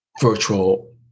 virtual